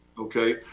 Okay